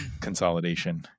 consolidation